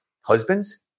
Husbands